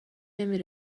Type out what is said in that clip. نمی